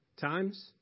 times